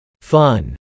Fun